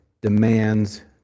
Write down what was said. demands